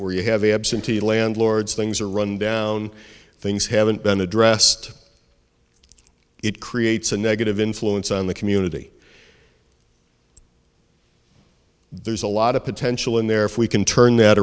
where you have absentee landlords things are run down things haven't been addressed it creates a negative influence on the community there's a lot of potential and therefore we can turn that